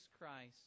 Christ